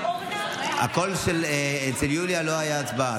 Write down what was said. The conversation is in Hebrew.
הקול שאצל יוליה לא היה הצבעה,